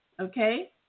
okay